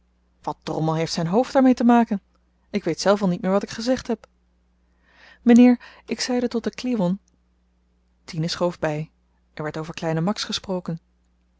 wat drommel heeft zyn hoofd daarmee te maken ik weet zelf al niet meer wat ik gezegd heb mynheer ik zeide tot den kliwon tine schoof by er werd over kleinen max gesproken